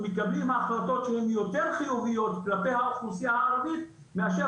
מקבלים החלטות שהן יותר חיוביות כלפי האוכלוסייה הערבית מאשר